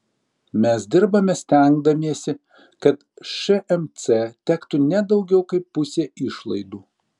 mes dirbame stengdamiesi kad šmc tektų ne daugiau kaip pusė išlaidų